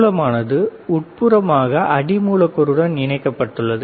மூலமானது உட்புறமாக அடி மூலக்கூறுடன் இணைக்கப்பட்டுள்ளது